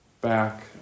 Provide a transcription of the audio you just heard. back